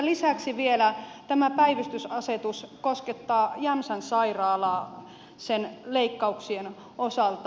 lisäksi vielä tämä päivystysasetus koskettaa jämsän sairaalaa sen leikkauksien osalta